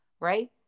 right